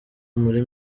muri